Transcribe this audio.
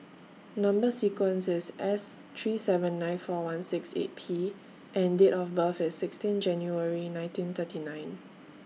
Number sequence IS S three seven nine four one six eight P and Date of birth IS sixteen January nineteen thirty nine